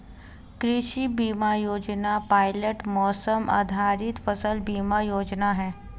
कृषि बीमा योजना पायलट मौसम आधारित फसल बीमा योजना है